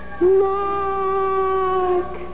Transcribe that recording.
Mark